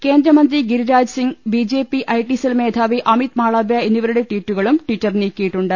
കേന്ദ്രമന്ത്രി Giriraj Singh B J P I T cell മേധാവി അമിത് മാളവ്യ എന്നിവരുടെ ട്വീറ്റുകളും ട്വിറ്റർ നീക്കി യിട്ടുണ്ട്